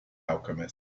alchemist